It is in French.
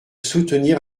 soutenir